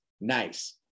nice